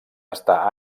estar